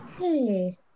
Hey